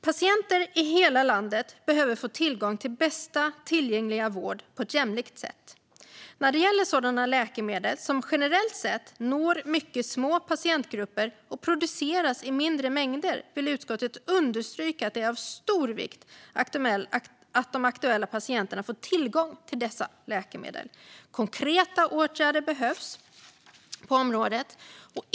"Patienter i hela landet behöver få tillgång till bästa tillgängliga vård på ett jämlikt sätt. När det gäller sådana läkemedel som generellt sett når mycket små patientgrupper och produceras i mindre mängder vill utskottet understryka att det är av stor vikt att de aktuella patienterna får tillgång till dessa läkemedel. Konkreta åtgärder behövs på området.